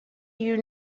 you